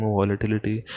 volatility